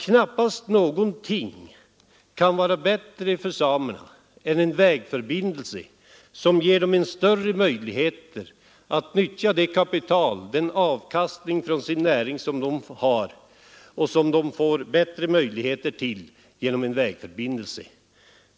Knappast någonting kan vara bättre för samerna än en vägförbindelse, som ger dem större möjligheter att nyttja avkastningen från sin näring; de får bättre möjligheter till detta genom en vägförbindelse.